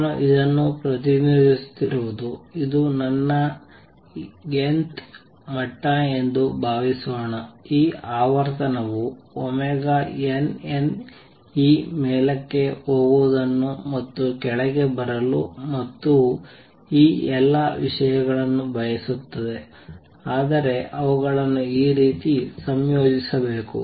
ನಾನು ಇದನ್ನು ಪ್ರತಿನಿಧಿಸುತ್ತಿರುವುದು ಇದು ನನ್ನ n th ಮಟ್ಟ ಎಂದು ಭಾವಿಸೋಣ ಈ ಆವರ್ತನವು nn' ಈ ಮೇಲಕ್ಕೆ ಹೋಗುವುದನ್ನು ಮತ್ತು ಕೆಳಗೆ ಬರಲು ಮತ್ತು ಈ ಎಲ್ಲ ವಿಷಯಗಳನ್ನು ಬಯಸುತ್ತದೆ ಆದರೆ ಅವುಗಳನ್ನು ಈ ರೀತಿ ಸಂಯೋಜಿಸಬೇಕು